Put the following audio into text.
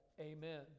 Amen